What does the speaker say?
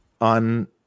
on